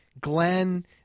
Glenn